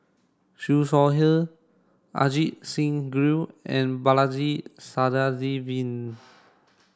Siew Shaw Her Ajit Singh Gill and Balaji Sadasivan